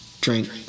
Drink